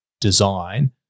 design